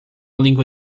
língua